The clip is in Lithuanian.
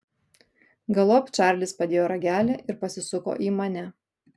galop čarlis padėjo ragelį ir pasisuko į mane